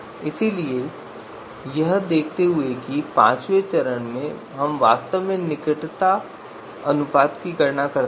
इसलिए यह देखते हुए कि पांचवें चरण में हम वास्तव में निकटता अनुपात की गणना करते हैं